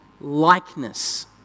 likeness